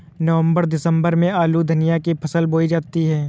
नवम्बर दिसम्बर में आलू धनिया की फसल बोई जाती है?